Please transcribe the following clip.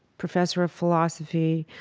professor of philosophy,